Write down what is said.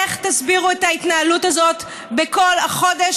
איך תסבירו את ההתנהלות הזאת בחודש,